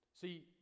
See